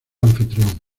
anfitrión